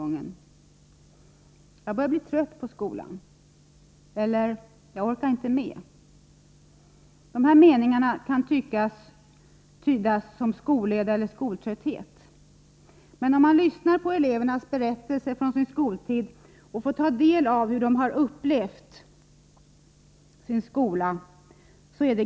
Många utredningar har visat på segregeringen i skolan.